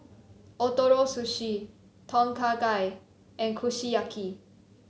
Ootoro Sushi Tom Kha Gai and Kushiyaki